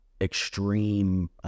extreme –